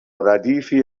ردیفی